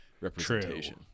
representation